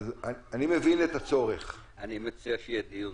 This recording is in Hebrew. אני מבין את הצורך, אבל